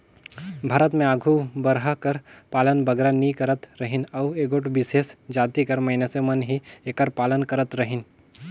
भारत में आघु बरहा कर पालन बगरा नी करत रहिन अउ एगोट बिसेस जाति कर मइनसे मन ही एकर पालन करत रहिन